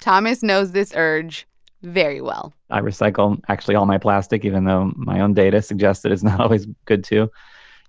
thomas knows this urge very well i recycle, actually, all my plastic even though my own data suggests that it's not always good to